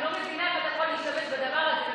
אני לא מבינה איך אתה יכול להשתמש בדבר הזה,